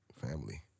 Family